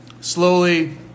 Slowly